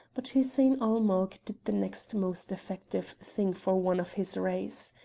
but hussein-ul-mulk did the next most effective thing for one of his race.